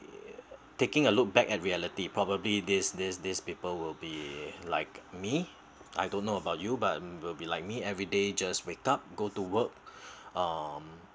taking a look back at reality probably these these these people will be like me I don't know about you but will be like me every day just wake up go to work um